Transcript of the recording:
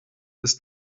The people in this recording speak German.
ist